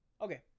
okay